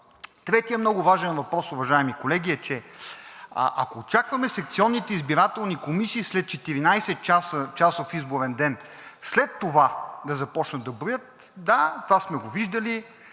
Третият много важен въпрос, уважаеми колеги, е, че ако очакваме секционните избирателни комисии след четиринадесетчасов изборен ден да започнат да броят – да, това сме го виждали,